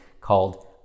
called